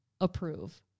Approve